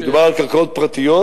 מדובר על קרקעות פרטיות,